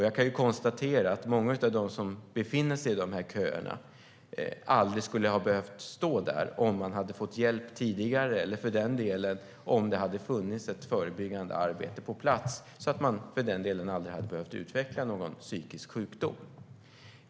Jag kan konstatera att många av de som befinner sig i de köerna aldrig skulle ha behövt stå där om de hade fått hjälp tidigare eller för den delen om det hade funnits ett förebyggande arbete på plats, så att man aldrig hade behövt utveckla någon psykisk sjukdom.